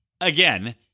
again